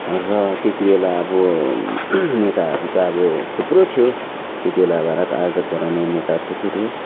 र त्यति बेला अब नेताहरू त आबो थुप्रो थियो त्यति बेला भारत आजाद गराउने नेताहरू थुप्रै थियो